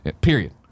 period